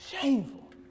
Shameful